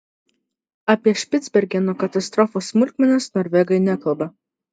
apie špicbergeno katastrofos smulkmenas norvegai nekalba